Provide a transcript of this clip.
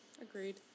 Agreed